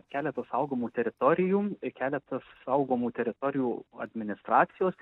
keletas saugomų teritorijų keletas saugomų teritorijų administracijos